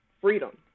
freedom